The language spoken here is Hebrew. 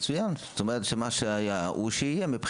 מצוין, זאת אומרת שמה שהיה הוא שיהיה.